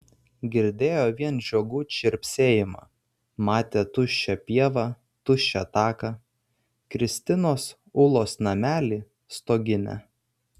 girdėjo vien žiogų čirpsėjimą matė tuščią pievą tuščią taką kristinos ulos namelį stoginę